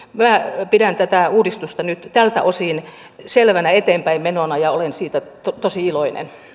minä pidän tätä uudistusta nyt tältä osin selvänä eteenpäinmenona ja olen siitä tosi iloinen